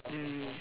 mm